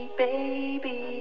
baby